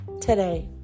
today